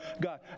God